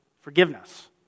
forgiveness